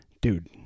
dude